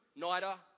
NIDA